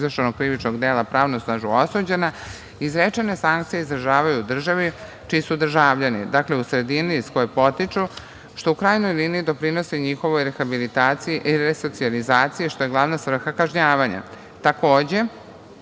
izvršenog krivičnog dela pravnosnažno osuđena, izrečene sankcije izdržavaju u državi čiji su državljani, dakle, u sredini iz koje potiču, što u krajnjoj liniji doprinosi njihovoj rehabilitaciji i resocijalizaciji, što je glavna svrha kažnjavanja. Takođe,